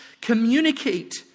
communicate